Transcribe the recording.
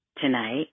tonight